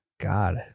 God